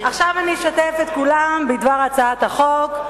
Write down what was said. עכשיו אני אשתף את כולם בדבר הצעת החוק.